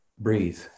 breathe